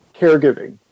caregiving